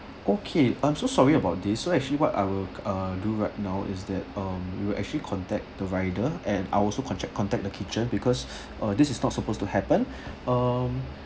okay I'm so sorry about this so actually what I will uh do right now is that um we will actually contact the rider and I also contact contact the kitchen because uh this is not supposed to happen um